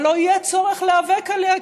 אבל לא יהיה צורך להיאבק עליה,